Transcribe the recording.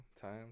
time